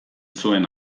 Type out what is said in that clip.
zuen